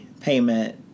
payment